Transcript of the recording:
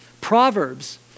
Proverbs